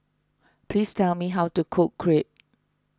please tell me how to cook Crepe